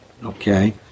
Okay